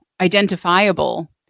identifiable